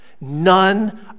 none